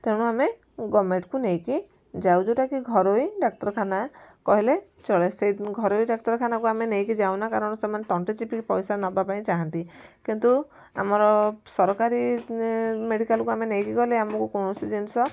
ତେଣୁ ଆମେ ଗଭର୍ଣ୍ଣମେଣ୍ଟକୁ ନେଇକି ଯାଉ ଯେଉଁଟାକି ଘରୋଇ ଡ଼ାକ୍ତରଖାନା କହିଲେ ଚଳେ ସେ ଘରୋଇ ଡ଼ାକ୍ତରଖାନାକୁ ଆମେ ନେଇକି ଯାଉନା କାରଣ ସେମାନେ ତଣ୍ଟି ଚିପିକି ପଇସା ନବାପାଇଁ ଚାହାଁନ୍ତି କିନ୍ତୁ ଆମର ସରକାରୀ ମେଡ଼ିକାଲକୁ ଆମେ ନେଇକି ଗଲେ ଆମକୁ କୌଣସି ଜିନିଷ